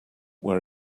where